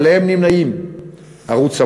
שעמם נמנים ערוץ המוסיקה,